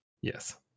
yes